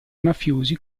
mafiosi